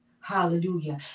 hallelujah